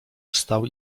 wstał